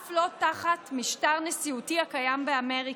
אף לא תחת משטר נשיאותי הקיים באמריקה,